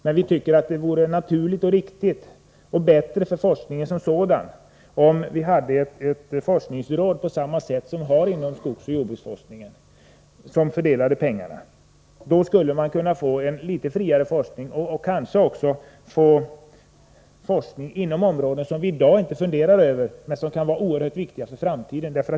Men vi tycker att det vore naturligt och riktigt, och även bättre för forskningen som sådan, om det fanns ett forskningsråd — motsvarande vad som finns inom skogsoch jordbruksforskningen — som hade att fördela de här pengarna. Forskningen skulle då bli litet friare. Kanske skulle vi då också få till stånd en forskning inom områden som vi i dag inte funderar över men som kan vara oerhört viktiga för framtiden.